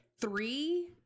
three